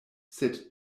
sed